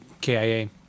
KIA